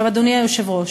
אדוני היושב-ראש,